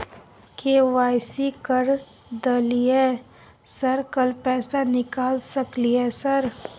KYC कर दलियै sir कल पैसा निकाल सकलियै सर?